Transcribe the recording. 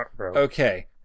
Okay